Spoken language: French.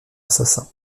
assassin